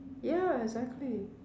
ya exactly